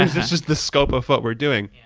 it's just the scope of what we're doing.